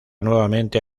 nuevamente